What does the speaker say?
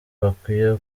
bakwiye